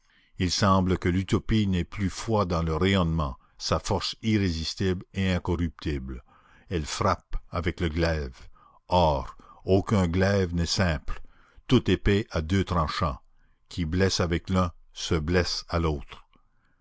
il semble que l'utopie n'ait plus foi dans le rayonnement sa force irrésistible et incorruptible elle frappe avec le glaive or aucun glaive n'est simple toute épée a deux tranchants qui blesse avec l'un se blesse à l'autre